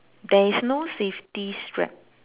there is no safety strap